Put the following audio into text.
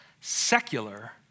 Secular